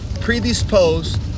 predisposed